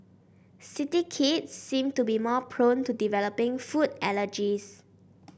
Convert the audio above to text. city kids seem to be more prone to developing food allergies